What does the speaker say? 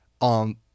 on